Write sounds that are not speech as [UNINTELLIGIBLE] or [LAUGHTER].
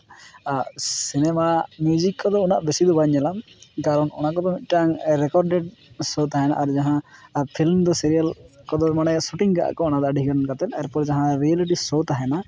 ᱟᱨ cinema music ᱠᱚᱫᱚ ᱩᱱᱟᱹᱜ ᱵᱤᱥᱤ ᱫᱚ ᱵᱟᱹᱧ ᱧᱮᱞᱟ ᱠᱟᱨᱚᱱ ᱚᱱᱟ ᱠᱚᱫᱚ ᱢᱤᱫᱴᱟᱱ ᱨᱮᱠᱚᱨᱰᱮᱰ ᱥᱳ ᱛᱟᱦᱮᱱᱟ ᱟᱨ ᱡᱟᱦᱟᱸ [UNINTELLIGIBLE] ᱥᱤᱨᱤᱭᱟᱞ ᱠᱚᱫᱚ ᱢᱟᱱᱮ ᱥᱩᱴᱤᱝ ᱠᱟᱜᱼᱟ ᱠᱚ ᱚᱱᱟ ᱫᱚ ᱟᱹᱰᱤ [UNINTELLIGIBLE] ᱠᱟᱛᱮ ᱛᱟᱨᱯᱚᱨᱮ ᱡᱟᱦᱟᱸ ᱨᱤᱭᱮᱞᱤᱴᱤ ᱥᱳ ᱛᱟᱦᱮᱱᱟ